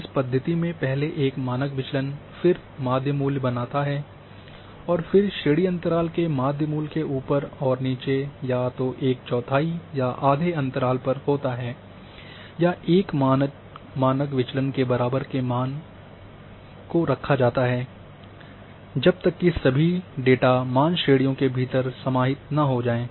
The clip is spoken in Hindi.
इस पद्धति में पहले एक मानक विचलन फिर माध्य मूल्य बनता है और फिर श्रेणी अंतराल में माध्य मूल्य के ऊपर और नीचे या तो एक चौथाई या आधे अंतराल पर होता है या एक मानक विचलन के मान के बराबर रखा जाता है जब तक कि सभी डेटा मान श्रेणियों के भीतर समाहित न हो जाएं